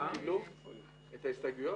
כולם קיבלו את ההסתייגויות?